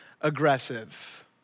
aggressive